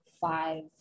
five